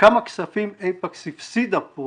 כמה כספים אייפקס הפסידה פה